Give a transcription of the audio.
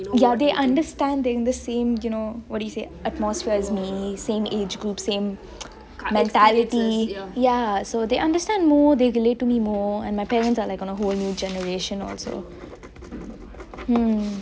ya they understand they in the same you know what do you say atmosphere as me same age group same mentality ya so they understand more they relate to me more and my parents are like in a whole new generation also